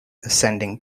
ascending